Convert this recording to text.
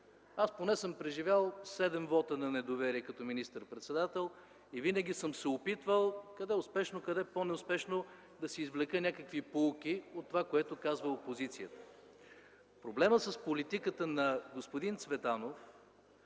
Аз поне съм преживял седем вота на недоверие като министър-председател и винаги съм се опитвал – къде успешно, къде по-неуспешно, да си извлека някакви поуки от това, което казва опозицията. Проблемът с политиката на господин Цветанов